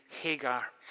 Hagar